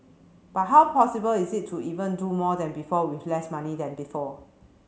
but how possible is it to even do more than before with less money than before